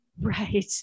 Right